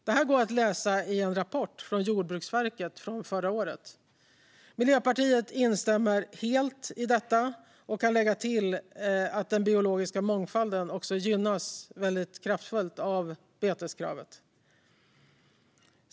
Det här kan man läsa i en rapport från Jordbruksverket förra året. Miljöpartiet instämmer helt i detta och kan lägga till att den biologiska mångfalden gynnas kraftfullt av beteskravet.